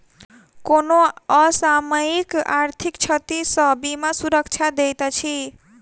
कोनो असामयिक आर्थिक क्षति सॅ बीमा सुरक्षा दैत अछि